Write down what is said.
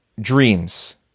dreams